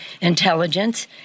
Intelligence